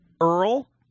Earl